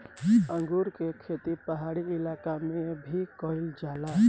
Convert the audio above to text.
अंगूर के खेती पहाड़ी इलाका में भी कईल जाला